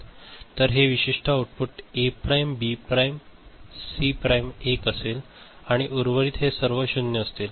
तर हे विशिष्ट output A prime B prime C prime 1 असेल आणि उर्वरित हे सर्व 0 असतील